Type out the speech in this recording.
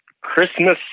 Christmas